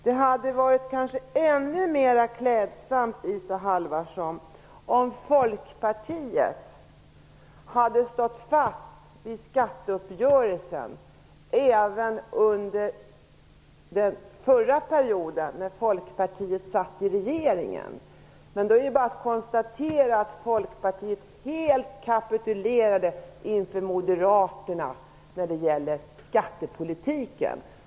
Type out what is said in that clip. Det hade kanske varit ännu mer klädsamt, Isa Halvarsson, om Folkpartiet hade stått fast vid skatteuppgörelsen även under den borgerliga perioden, när Folkpartiet satt i regeringen. Men det är bara att konstatera att Folkpartiet helt kapitulerade inför Moderaterna när det gällde skattepolitiken.